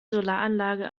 solaranlage